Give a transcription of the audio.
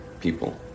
people